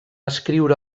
escriure